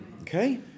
Okay